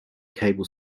cable